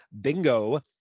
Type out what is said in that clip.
bingo